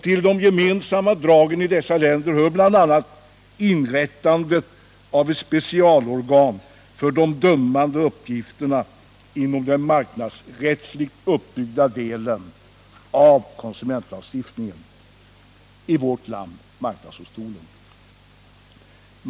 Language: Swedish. Till de gemensamma dragen i dessa länder hör bl.a. inrättandet av ett specialorgan för de dömande uppgifterna inom den marknadsrättsligt uppbyggda delen av konsumentlagstiftningen —i vårt land marknadsdomstolen.